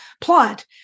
plot